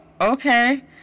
okay